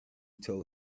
told